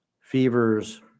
fevers